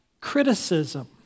criticism